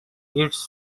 its